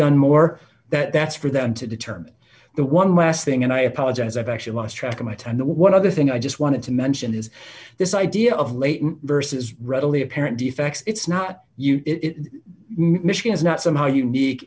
done more that that's for them to determine the one last thing and i apologize i've actually lost track of my time the one other thing i just wanted to mention is this idea of latent versus readily apparent defects it's not you it mission is not somehow unique